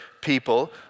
people